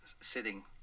sitting